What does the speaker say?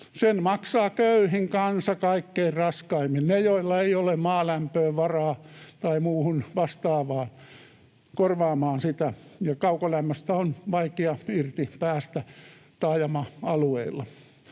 Sen maksaa köyhin kansa kaikkein raskaimmin, ne, joilla ei ole maalämpöön tai muuhun vastaavaan varaa korvaamaan sitä, ja kaukolämmöstä on vaikea irti päästä taajama-alueilla.